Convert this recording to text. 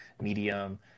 Medium